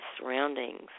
surroundings